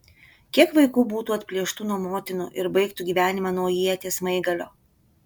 kiek vaikų būtų atplėštų nuo motinų ir baigtų gyvenimą nuo ieties smaigalio